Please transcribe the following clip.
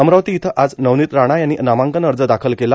अमरावती इथं आज नवनित राणा यांनी नामांकन अर्ज दाखल केला